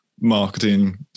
Marketing